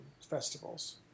festivals